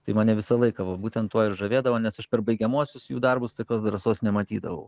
tai mane visą laiką va būtent tuo ir žavėdavo nes aš per baigiamuosius jų darbus tokios drąsos nematydavau